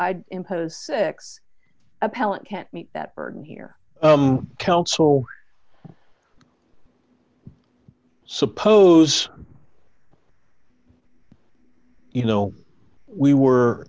i'd impose six appellant can't meet that burden here counsel suppose you know we were